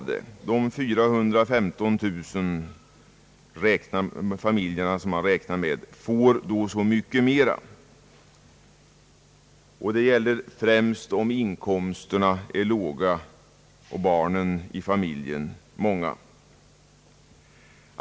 Men de 415 000 familjer, som man beräknar skall få detta stöd, får i stället desto mera. Och detta gäller främst i de fall där inkomsterna är låga och barnen i familjen många.